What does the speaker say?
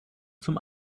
zum